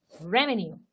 revenue